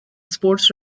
sports